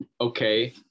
okay